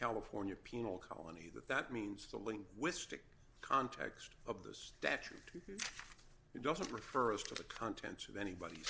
california penal colony that that means the linguistic context of the statute it doesn't refer to the contents of anybody